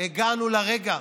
הגענו לרגע